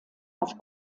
auf